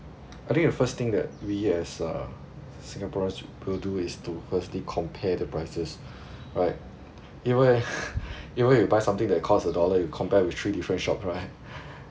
I think the first thing that we as uh singaporeans should per do is to firstly compare the prices right even even if you buy something that cost a dollar you compare with three different shop right